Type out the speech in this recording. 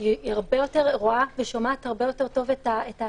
היא שומעת ורואה הרבה יותר טוב את העצור.